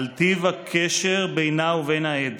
על טיב הקשר בינה ובין העד.